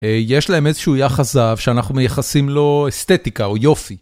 יש להם איזשהו יחס זהב שאנחנו מייחסים לו אסתטיקה או יופי.